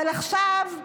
אבל עכשיו,